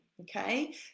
Okay